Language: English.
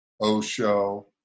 Osho